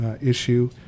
issue